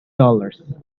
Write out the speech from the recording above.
dollars